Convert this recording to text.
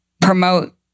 promote